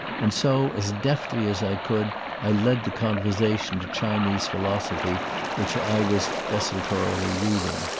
and so as deftly as i could i led the conversation to chinese philosophy which i was desultorily reading.